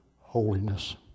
holiness